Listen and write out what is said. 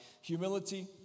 Humility